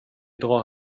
drar